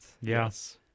Yes